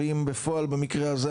ואם בפועל במקרה הזה,